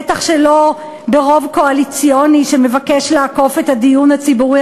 בטח שלא ברוב קואליציוני שמבקש לעקוף את הדיון הציבורי